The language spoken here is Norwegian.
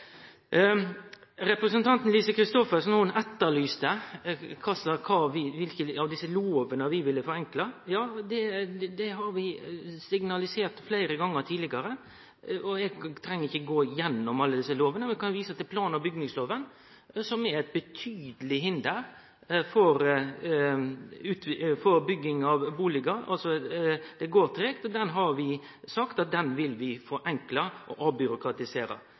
Representanten Lise Christoffersen etterlyste kva for ein lov vi ville forenkle. Ja, det har vi signalisert fleire gonger tidlegare. Eg treng ikkje gå igjennom alle desse lovene, men vil vise til plan- og bygningsloven som er eit betydeleg hinder for bygging av bustader – det går tregt – og den loven har vi sagt vi vil forenkle og avbyråkratisere.